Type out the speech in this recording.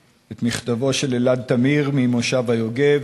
את מכתבו של אלעד תמיר ממושב היוגב.